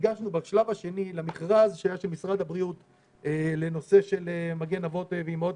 ניגשנו בשלב השני למכרז שהיה של משרד הבריאות לנושא "מגן אבות ואימהות",